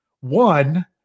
one